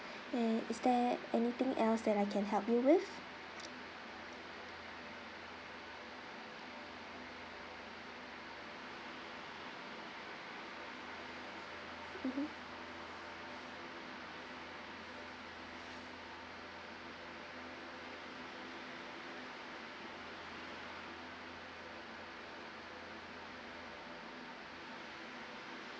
and is there anything else that I can help you with mmhmm